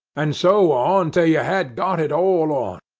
and so on, till you had got it all on.